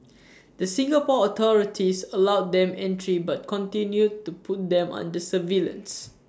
the Singapore authorities allowed them entry but continued to put them under surveillance